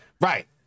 Right